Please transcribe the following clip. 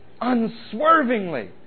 Unswervingly